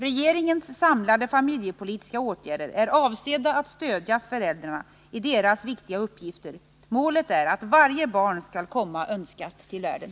Regeringens samlade familjepolitiska åtgärder är avsedda att stödja föräldrarna i deras viktiga uppgifter. Målet är att varje barn skall komma önskat till världen.